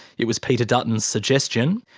it was peter dutton's suggestion,